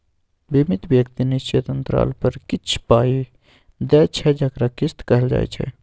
बीमित व्यक्ति निश्चित अंतराल पर किछ पाइ दैत छै जकरा किस्त कहल जाइ छै